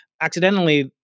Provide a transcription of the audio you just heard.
accidentally